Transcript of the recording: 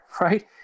right